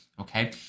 okay